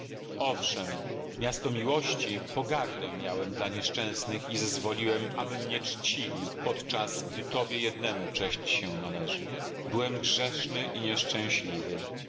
owszem miasto miłości pogardę miałem dla nieszczęsnych i zezwoliłem aby mnie czcili podczas gdy tobie jednemu cześć się należy byłem grzeszny i nieszczęśliwy